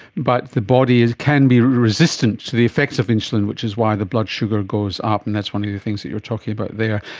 but the body can be resistant to the effects of insulin, which is why the blood sugar goes up and that's one of of the things that you are talking about there,